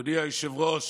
אדוני היושב-ראש,